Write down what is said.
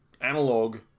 analog